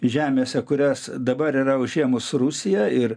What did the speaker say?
žemėse kurias dabar yra užėmus rusija ir